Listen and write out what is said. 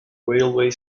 railway